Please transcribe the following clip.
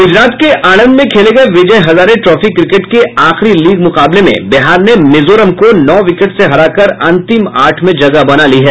गुजरात के आणंद में खेले गये विजय हजारे ट्रॉफी क्रिकेट के आखरी लीग मुकाबले में बिहार ने मिजोरम को नौ विकेट से हराकर अंतिम आठ में जगह बना ली है